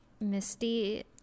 Misty